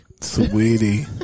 Sweetie